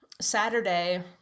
Saturday